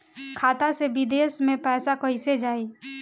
खाता से विदेश मे पैसा कईसे जाई?